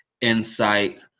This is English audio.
insight